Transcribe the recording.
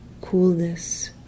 coolness